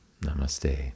Namaste